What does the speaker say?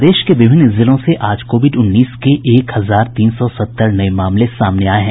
प्रदेश के विभिन्न जिलों से आज कोविड उन्नीस के एक हजार तीन सौ सत्तर नये मामले सामने आये हैं